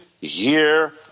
year